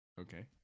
Okay